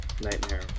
Nightmare